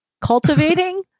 cultivating